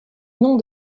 nom